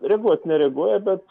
reaguot nereaguoja bet